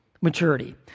maturity